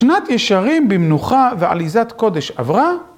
שנת ישרים במנוחה ועליזת קודש עברה.